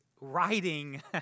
writing